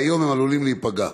והיום הם עלולים להיפגע.